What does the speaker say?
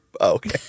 okay